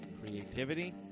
Creativity